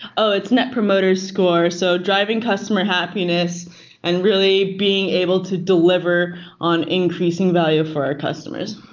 ah it's net promoter score, so driving customer happiness and really being able to deliver on increasing value for our customers.